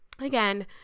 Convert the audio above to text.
Again